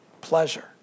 pleasure